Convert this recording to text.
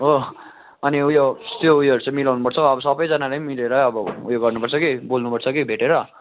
हो अनि उयो त्यो उयोहरू चाहिँ मिलाउनु पर्छ अब सबैजनाले मिलेरै अब उयो गर्नु पर्छ कि बोल्नु पर्छ कि भेटेर